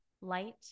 light